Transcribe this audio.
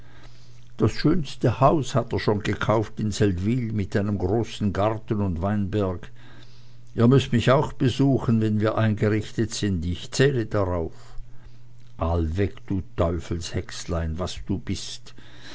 das schönste haus hat er schon gekauft in seldwyl mit einem großen garten und weinberg ihr müßt mich auch besuchen wenn wir eingerichtet sind ich zähle darauf allweg du teufelshexlein was du bist